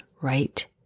right